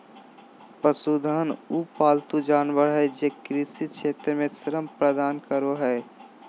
पशुधन उ पालतू जानवर हइ जे कृषि क्षेत्र में श्रम प्रदान करो हइ